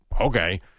okay